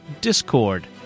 discord